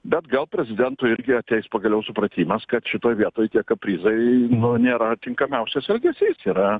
bet gal prezidentui irgi ateis pagaliau supratimas kad šitoj vietoj tie kaprizai nėra tinkamiausias elgesys yra